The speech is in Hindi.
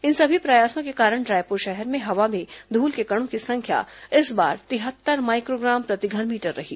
इन सभी प्रयासों के कारण रायपुर शहर में हवा में धूल के कणों की संख्या इस बार तिहत्तर माइ क्रोग्राम प्रति घन मीटर रही